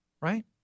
right